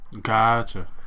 Gotcha